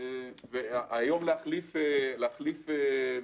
להחליף עכשיו?